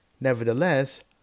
Nevertheless